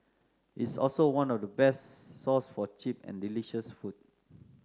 it's also one of the best source for cheap and delicious food